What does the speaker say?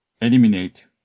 eliminate